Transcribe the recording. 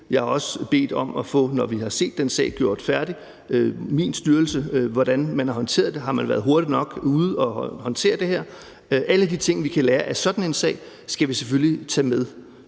jeg har også bedt om at få, altså når sagen er færdigbehandlet, en beskrivelse fra min styrelse, i forhold til hvordan man har håndteret det – har man har været hurtig nok ude at håndtere det her? Alle de ting, vi kan lære af sådan en sag, skal vi selvfølgelig tage med.